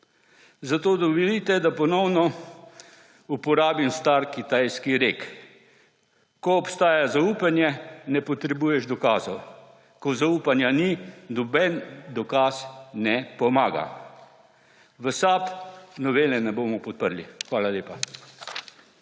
Zato dovolite, da ponovno uporabim star kitajski rek: »Ko obstaja zaupanje, ne potrebuješ dokazov. Ko zaupanja ni, noben dokaz ne pomaga.« V SAB novele ne bomo podprli. Hvala lepa.